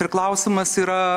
ir klausimas yra